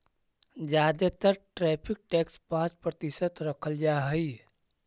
जादे तर tariff tax पाँच प्रतिशत रखल जा हई